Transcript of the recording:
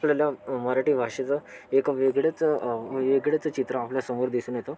आपल्याला मराठी भाषेचा एक वेगळेच वेगळेच चित्र आपल्या समोर दिसून येतो